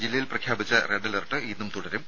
ജില്ലയിൽ പ്രഖ്യാപിച്ച red alert ഇന്നും തുടരും